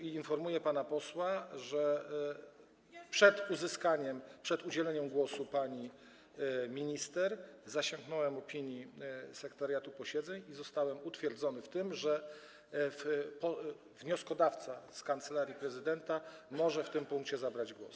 Informuję pana posła, że przed udzieleniem głosu pani minister zasięgnąłem opinii sekretariatu posiedzeń i zostałem utwierdzony w tym, że wnioskodawca z Kancelarii Prezydenta może w tym punkcie zabrać głos.